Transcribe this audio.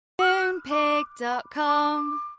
Moonpig.com